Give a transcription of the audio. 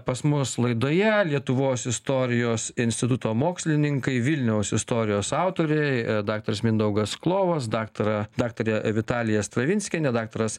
pas mus laidoje lietuvos istorijos instituto mokslininkai vilniaus istorijos autoriai daktaras mindaugas klovas daktara daktarė vitalija stravinskienė daktaras